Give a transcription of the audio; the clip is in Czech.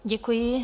Děkuji.